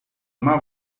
uma